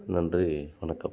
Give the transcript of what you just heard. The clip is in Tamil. நன்றி வணக்கம்